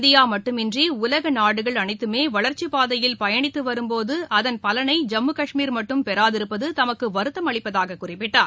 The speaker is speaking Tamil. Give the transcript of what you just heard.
இந்தியாமட்டுமன்றிஉலகநாடுகள் அனைத்துமேவளர்ச்சிப் பாதையில் பயணித்துவரும்போது அதன் பலனை ஜம்மு கஷ்மீர் மட்டும் பெறாதிருப்பதுதமக்குவருத்தம் அளிப்பதாகக் குறிப்பிட்டார்